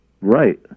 Right